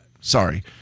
sorry